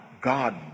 God